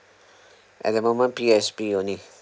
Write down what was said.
at the moment P_O_S_B only